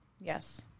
Yes